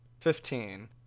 Fifteen